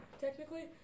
technically